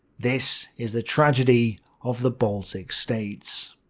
this is the tragedy of the baltic states.